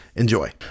Enjoy